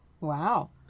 Wow